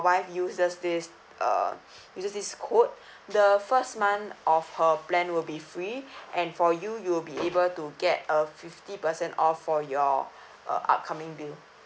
wife uses this uh uses this code the first month of her plan will be free and for you you'll be able to get a fifty percent off for your uh upcoming bill